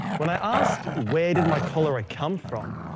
when i asked where did my cholera come from,